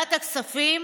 מוועדת הכספים,